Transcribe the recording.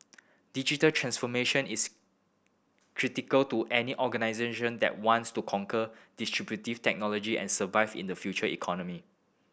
digital transformation is critical to any organisation that wants to conquer disruptive technology and survive in the future economy